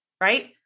right